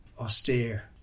austere